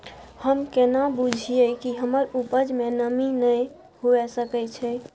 हम केना बुझीये कि हमर उपज में नमी नय हुए सके छै?